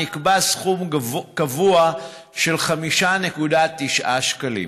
נקבע סכום קבוע של 5.90 שקלים,